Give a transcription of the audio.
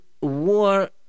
War